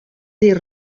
dir